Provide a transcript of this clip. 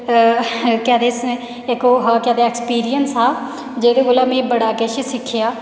के आखदे इक ओह् हा केह आखदे एक्सपीरियंस हा जेह्दे कोला में बड़ा किश सिक्खेआ